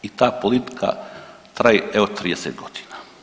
I ta politika traje evo 30 godina.